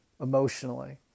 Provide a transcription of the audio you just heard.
emotionally